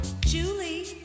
Julie